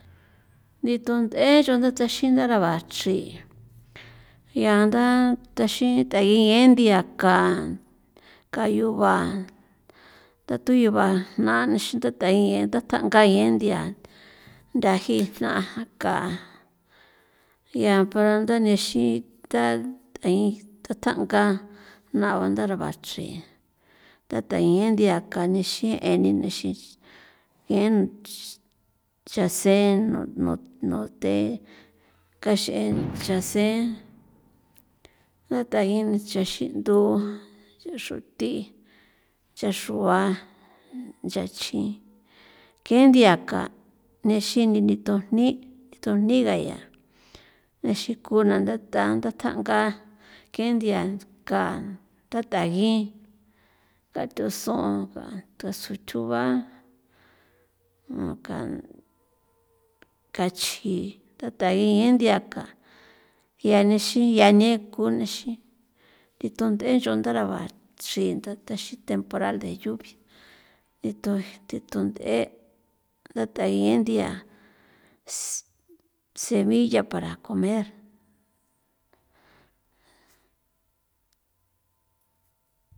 Ndithu nth'e chunda thexin thabara chri 'ianda thaxin thagi gendia kan kayuba thathu yuba jna nexin than than yen thatanga gendia ndaji jna ka ya pero ndanexin tha th'i thathanga na bandara ba chri thata gendia kanexin eni nexin ien chasen nu nu nuthen kax'en chasen ngathagen chaxi'ndu xaxruthi chaxr'ua nchachji kenthia ka nexini nithojni thojni gaya nexiku na ndata ndathanga kendia kan thatagi tathuson ba thanta tjuba kan kachji thatagi endia ka bianexin yane kunexin thithu nd'e ncho ndaraba chri ndataxin temporal de lluvia nithu thitu nd'e thathegi endia si semilla para comer.